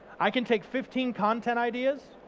i can take fifteen content ideas,